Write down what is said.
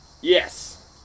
Yes